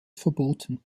verboten